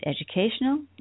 educational